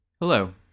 Hello